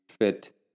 fit